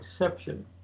exception